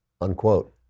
Unquote